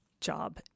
job